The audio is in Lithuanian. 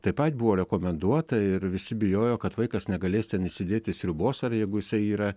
taip pat buvo rekomenduota ir visi bijojo kad vaikas negalės ten įsidėti sriubos ar jeigu jisai yra